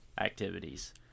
activities